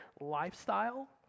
lifestyle